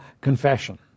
confession